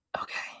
okay